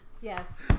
Yes